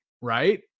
right